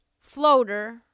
floater